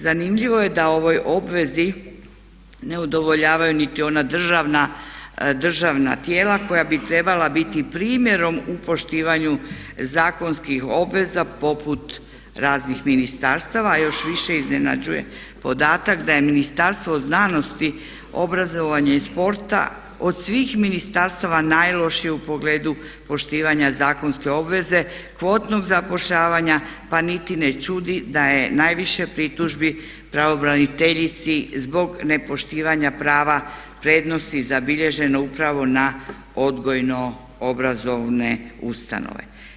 Zanimljivo je da ovoj obvezi ne udovoljavaju niti ona državna tijela koja bi trebala biti primjerom u poštivanju zakonskih obveza poput raznih ministarstava, a još više iznenađuje podatak da je Ministarstvo znanosti, obrazovanja i sporta od svih ministarstava najlošije u pogledu poštivanja zakonske obveze kvotnog zapošljavanja pa niti ne čudi da je najviše pritužbi pravobraniteljici zbog nepoštivanja prava prednosti zabilježeno upravo na odgojno-obrazovne ustanove.